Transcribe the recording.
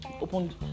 opened